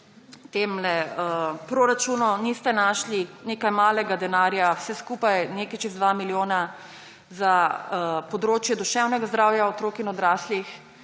zadnjem proračunu niste našli nekaj malega denarja, vse skupaj nekaj čez 2 milijona, za področje duševnega zdravja otrok in odraslih.